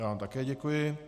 Já vám také děkuji.